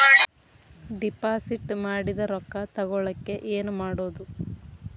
Deposit ಮಾಡಿದ ರೊಕ್ಕ ತಗೋಳಕ್ಕೆ ಏನು ಮಾಡೋದು?